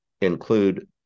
include